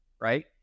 Right